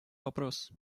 вопрос